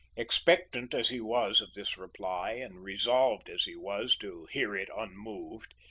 expectant as he was of this reply, and resolved as he was, to hear it unmoved,